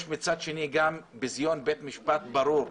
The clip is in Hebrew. יש בצד שני גם בזיון בית משפט ברור,